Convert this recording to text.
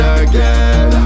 again